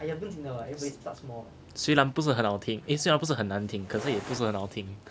虽然不是很好听诶虽然不是很难听但也不是很好听